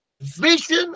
vision